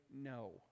No